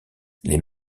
les